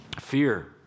Fear